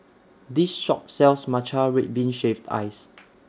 This Shop sells Matcha Red Bean Shaved Ice